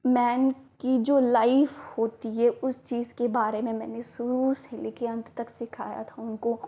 man की जो life होती है उस चीज़ के बारे में मैंने शुरू से लेकर अन्त तक सिखाया था उनको